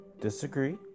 disagree